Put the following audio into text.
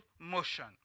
motion